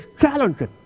challenging